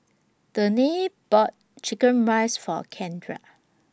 Danae bought Chicken Rice For Kendra